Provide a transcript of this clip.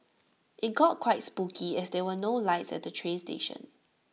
IT got quite spooky as there were no lights at the train station